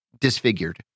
disfigured